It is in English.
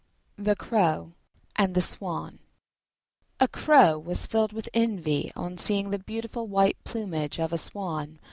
the crow and the swan a crow was filled with envy on seeing the beautiful white plumage of a swan,